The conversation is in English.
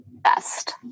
best